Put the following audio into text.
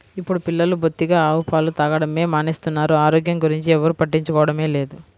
ఇప్పుడు పిల్లలు బొత్తిగా ఆవు పాలు తాగడమే మానేస్తున్నారు, ఆరోగ్యం గురించి ఎవ్వరు పట్టించుకోవడమే లేదు